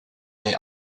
may